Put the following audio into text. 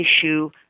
issue